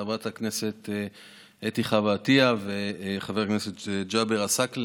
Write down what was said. חברת הכנסת אתי חווה עטייה וחבר הכנסת ג'אבר עסאקלה,